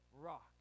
rock